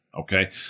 Okay